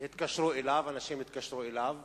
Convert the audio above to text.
אנשים התקשרו אליו,